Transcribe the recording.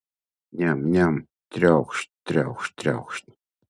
niam niam triaukšt triaukšt triaukšt